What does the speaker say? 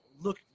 look